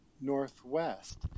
Northwest